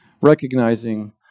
recognizing